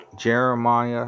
Jeremiah